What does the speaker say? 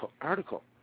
article